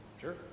Sure